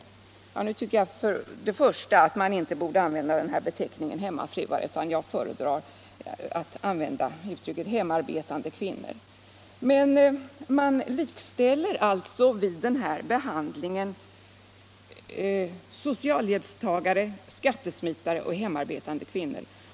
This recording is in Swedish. Först och främst borde man inte använda beteckningen hemmafruar — jag föredrar uttrycket hemarbetande kvinnor. Man likställer alltså vid den här behandlingen socialhjälpstagare, skattesmitare och hemarbetande kvinnor.